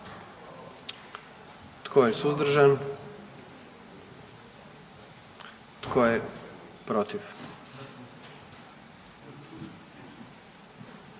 Tko je suzdržan? I tko je protiv?